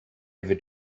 ever